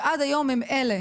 שעד היום הם אלה